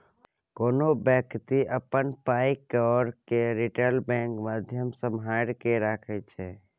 कोनो बेकती अपन पाइ कौरी केँ रिटेल बैंकिंग माध्यमसँ सम्हारि केँ राखै छै